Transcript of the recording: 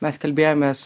mes kalbėjomės